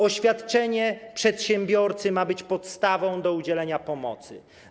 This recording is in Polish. Oświadczenie przedsiębiorcy ma być podstawą do udzielenia pomocy.